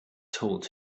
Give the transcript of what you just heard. told